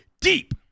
deep